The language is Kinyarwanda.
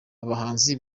abahanzi